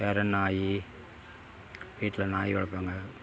வேற நாய் வீட்டில் நாய் வளர்க்குறாங்க